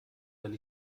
wenn